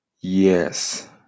Yes